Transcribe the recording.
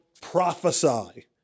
prophesy